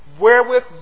wherewith